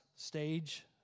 Stage